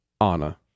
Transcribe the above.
Anna